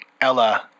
Ella